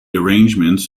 arrangements